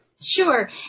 Sure